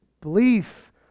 Belief